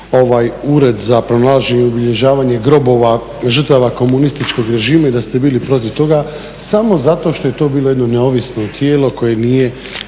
Ured za pronalaženje i obilježavanje grobova žrtava komunističkog režima i da ste bili protiv toga, samo zato što je to bilo jedno neovisno tijelo koje nije